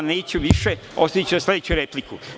Neću više, ostaviću za sledeću repliku.